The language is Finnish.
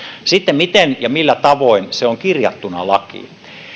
sitten miten ja millä tavoin se on kirjattuna lakiin